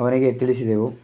ಅವನಿಗೆ ತಿಳಿಸಿದೆವು